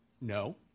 No